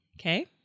Okay